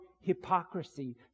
hypocrisy